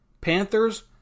Panthers